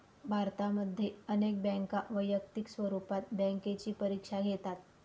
भारतामध्ये अनेक बँका वैयक्तिक स्वरूपात बँकेची परीक्षा घेतात